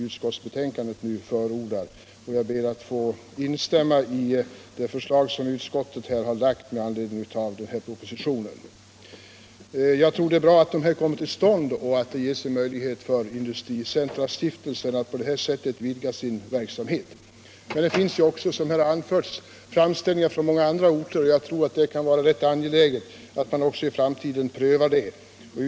Utskottet förordar att så skall ske, och jag ber att få instämma i det förslag som utskottet framlagt med anledning av propositionen 1975/76:185. Jag tror det är bra att dessa industricentra kommer till stånd och att det finns en möjlighet för Stiftelsen Industricentra att på det här sättet vidga sin verksamhet. Men det finns också, som här anförts, framställningar från många andra orter. Jag tror att det är rätt angeläget att man i framtiden prövar dessa.